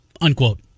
unquote